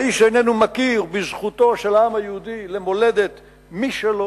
האיש איננו מכיר בזכותו של העם היהודי למולדת משלו,